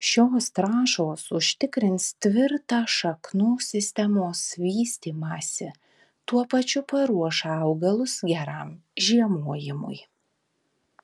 šios trąšos užtikrins tvirtą šaknų sistemos vystymąsi tuo pačiu paruoš augalus geram žiemojimui